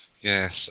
Yes